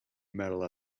metal